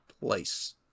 place